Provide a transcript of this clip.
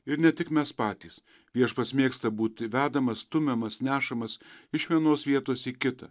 ir ne tik mes patys viešpats mėgsta būti vedamas stumiamas nešamas iš vienos vietos į kitą